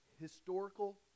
historical